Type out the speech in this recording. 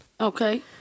Okay